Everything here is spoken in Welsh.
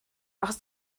achos